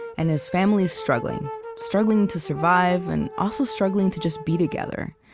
and his family is struggling struggling to survive and also struggling to just be together.